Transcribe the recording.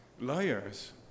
liars